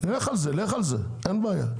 לך על זה, אין בעיה.